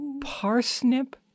parsnip